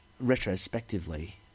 retrospectively